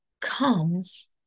comes